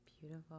Beautiful